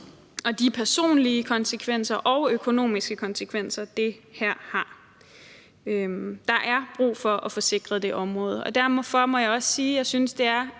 og de personlige konsekvenser og økonomiske konsekvenser, det her har. Der er brug for at få sikret det område, og derfor må jeg også sige, at jeg synes, det er